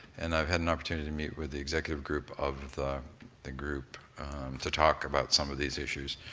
and i've had an opportunity to meet with the executive group of the the group to talk about some of these issues.